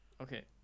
Okay